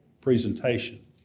presentation